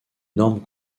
normes